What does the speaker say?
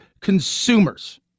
Consumers